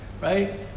Right